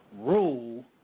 Rule